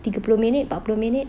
tiga puluh minit empat puluh minit